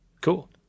Cool